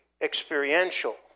experiential